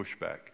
pushback